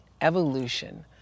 evolution